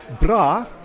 Bra